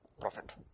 Prophet